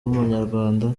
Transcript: w’umunyarwanda